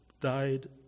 died